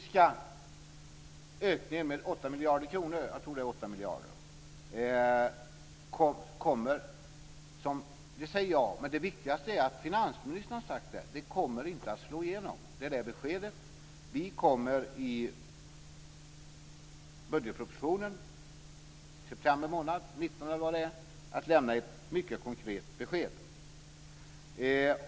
Fru talman! Beskedet är att den beräkningstekniska ökningen med 8 miljarder kronor kommer, säger jag. Men det viktigaste är att finansministern har sagt att den inte kommer att slå igenom. Det är beskedet. Vi kommer i budgetpropositionen i september månad att lämna ett mycket konkret besked.